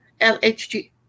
LHG